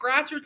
grassroots